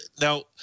Now